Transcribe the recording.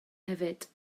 hefyd